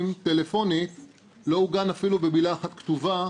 טלפונית לא עוגן אפילו במילה אחת כתובה.